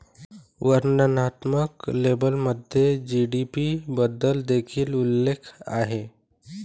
वर्णनात्मक लेबलमध्ये जी.डी.पी बद्दल देखील उल्लेख आहे